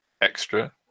extra